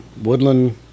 Woodland